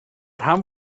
rhan